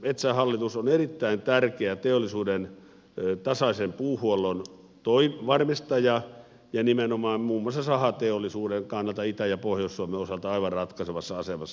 metsähallitus on erittäin tärkeä teollisuuden tasaisen puuhuollon varmistaja ja nimenomaan muun muassa sahateollisuuden kannalta itä ja pohjois suomen osalta aivan ratkaisevassa asemassa